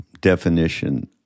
definition